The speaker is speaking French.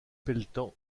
pelletan